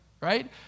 right